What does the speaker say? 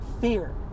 fear